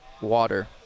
water